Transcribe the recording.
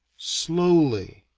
slowly,